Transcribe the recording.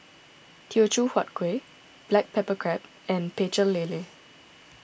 Teochew Huat Kuih Black Pepper Crab and Pecel Lele